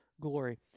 glory